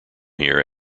here